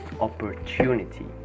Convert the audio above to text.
opportunity